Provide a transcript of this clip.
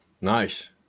Nice